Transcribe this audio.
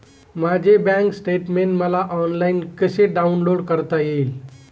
माझे bank statement मला online कसे डाउनलोड करता येईल?